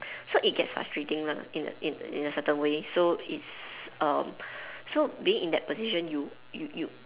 so it gets frustrating lah in in in a certain way so it's um so being in that position you you you